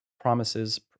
promises